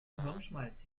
hirnschmalz